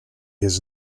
his